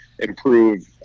improve